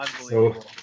Unbelievable